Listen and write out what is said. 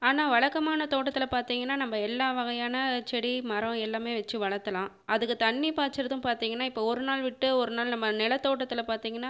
ஆனால் வழக்கமான தோட்டத்தில் பார்த்தீங்கன்னா நம்ம எல்லா வகையான செடி மரம் எல்லாமே வச்சு வளர்த்தலாம் அதுக்கு தண்ணி பாய்ச்சிறதும் பார்த்தீங்கன்னா இப்போ ஒரு நாள் விட்டு ஒரு நாள் நம்ம நிலத்தோட்டத்துல பார்த்தீங்கன்னா